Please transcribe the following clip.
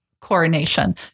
coronation